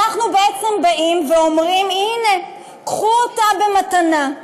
אנחנו בעצם אומרים: הנה, קחו אותה במתנה.